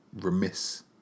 remiss